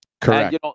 Correct